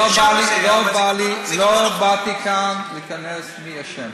לא באתי לכאן להיכנס, מי אשם.